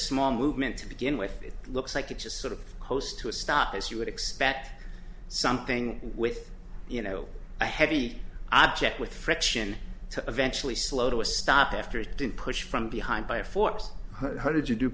small movement to begin with it looks like it just sort of coast to a stop as you would expect something with you know a heavy object with friction to eventually slow to a stop after it didn't push from behind by force how did you do